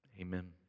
amen